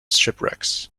shipwrecks